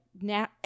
now